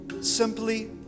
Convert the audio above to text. simply